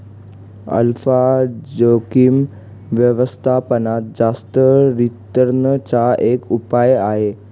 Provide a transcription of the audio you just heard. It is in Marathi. अल्फा जोखिम व्यवस्थापनात जास्त रिटर्न चा एक उपाय आहे